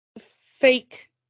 fake